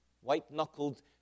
White-knuckled